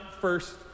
first